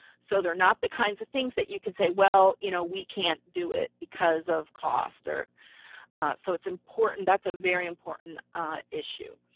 so they're not the kinds of things that you can say, well, you know we can't do it because of cost. so it's important, that's a very important issue.